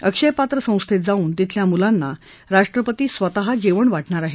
अक्षयपात्र संस्थेत जाऊन तिथल्या मुलांना राष्ट्रपती स्वतः जेवण वाढणार आहेत